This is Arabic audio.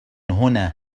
هنا